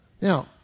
Now